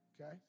Okay